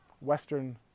Western